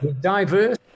Diverse